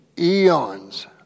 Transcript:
Eons